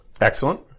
Excellent